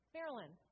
Marilyn